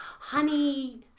honey